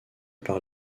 par